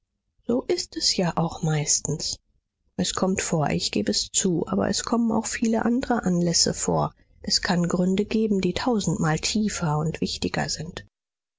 so ist es ja auch meistens es kommt vor ich geb es zu aber es kommen auch viele andere anlässe vor es kann gründe geben die tausendmal tiefer und wichtiger sind